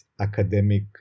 academic